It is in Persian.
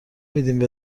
میدین